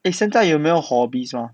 eh 现在有没有 hobbies mah